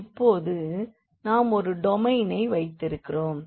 இப்பொழுது நாம் ஒரு டொமைன் வைத்திருக்கிறோம்